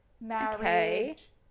marriage